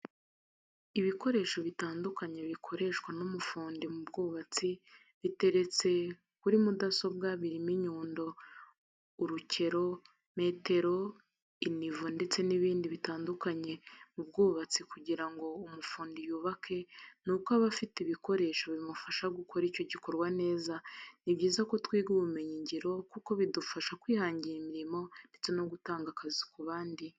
Ibikoresho bitandukanye bikoreshwa n'umufundi mu bwubatsi biteretse kuri mudasobwa birimo inyundo, urukero, metoro, inivo ndetse n'ibindi bitandukanye. Mu bwubatsi kugira ngo umufundi yubake ni uko aba afite ibikoresho bimufasha gukora icyo gikorwa neza. Ni byiza ko twiga ubumenyingiro kuko bizadufasha kwihangira imirimo ndetse no gutanga akazi ku bandi.